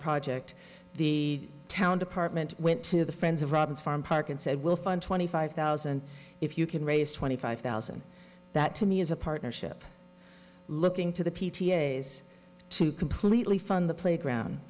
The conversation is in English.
project the town department went to the friends of robbins farm park and said we'll fund twenty five thousand if you can raise twenty five thousand that to me is a partnership looking to the p t a s to completely fund the playground